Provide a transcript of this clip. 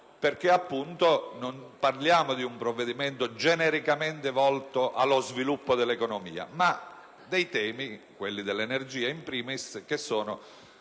non parliamo di un provvedimento genericamente volto allo sviluppo dell'economia, ma dei temi, quelli dell'energia *in primis*, che sono